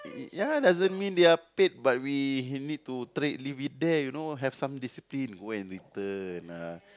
ya doesn't mean they are paid but we need to tray leave it there you know have some discipline go and return ah